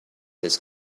his